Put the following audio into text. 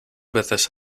veces